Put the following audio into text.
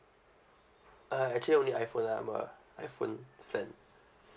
uh actually only iphone I'm a iphone fan